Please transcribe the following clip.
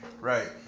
Right